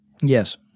Yes